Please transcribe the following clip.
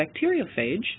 bacteriophage